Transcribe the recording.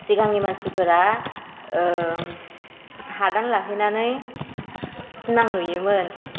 सिगांनि मानसिफोरा हादान लाहैनानै सिमां नुयोमोन